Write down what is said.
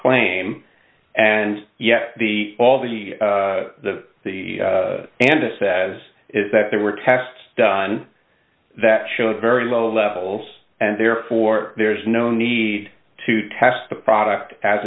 claim and yet the all the the the and this says is that there were tests done that show a very low levels and therefore there's no need to test the product as